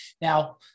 Now